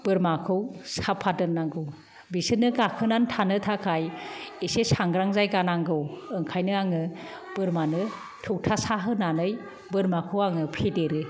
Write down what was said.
बोरमाखौ साफा दोननांगौ बिसोरनो गाखोनानै थानो थाखाय एसे सांग्रां जायगा नांगौ ओंखायनो आङो बोरमानो थौथा सा होनानै बोरमाखौ आङो फेदेरो